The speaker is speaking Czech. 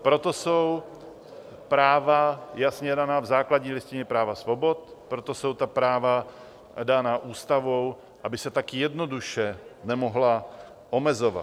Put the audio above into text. Proto jsou práva jasně daná v Základní listině práv a svobod, proto jsou ta práva dána ústavou, aby se tak jednoduše nemohla omezovat.